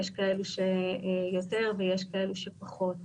יש כאלו יותר ויש כאלו שפחות,